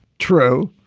true.